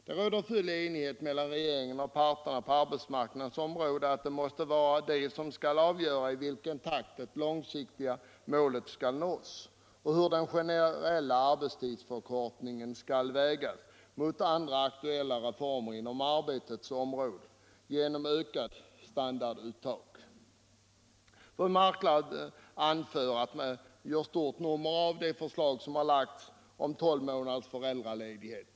Det råder full enighet mellan regeringen och parterna på arbetsmarknaden om att det måste vara de som skall avgöra i vilken takt det långsiktiga målet skall nås och hur den generella arbetstidsförkortningen skall vägas mot andra aktuella reformer inom arbetets område genom ökat standarduttag. Fru Marklund sade att vi gör ett stort nummer av det förslag som framlagts om tolv månaders föräldraledighet.